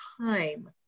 time